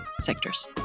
sectors